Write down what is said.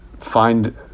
find